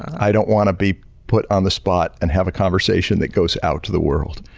i don't want to be put on the spot and have a conversation that goes out to the world.